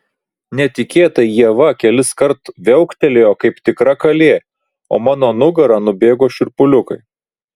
netikėtai ieva keliskart viauktelėjo kaip tikra kalė o mano nugara nubėgo šiurpuliukai